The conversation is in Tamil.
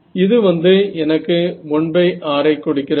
இது வந்து எனக்கு 1r ஐ கொடுக்கிறது